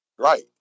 Right